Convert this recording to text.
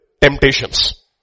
temptations